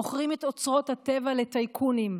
מוכרים את אוצרות הטבע לטייקונים.